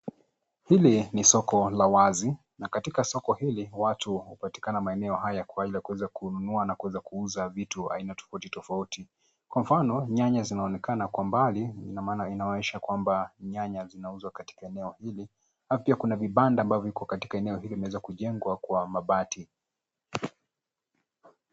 Hili ni soko la wazi na katika soko hili watu hupatikana katika maeneo haya kwa ajili ya kuweza kununua na kuweza kuuzia vitu aina tofauti tofauti. Kwa mfano, nyanya zinaonekana kwa mbali kumaanisha kwamba nyanya zinazouzwa katika eneo hili. Pia kuna vibanda ambavyo katika eneo hili zimweza kujengwa kwa mabati.